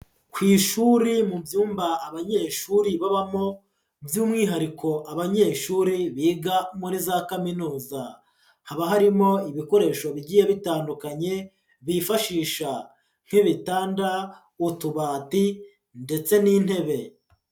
Ku ishuri mu byumba abanyeshuri babamo by'umwihariko abanyeshuri biga muri za kaminuza, haba harimo ibikoresho bigiye bitandukanye bifashisha nk'ibitanda, utubati ndetse n'intebe.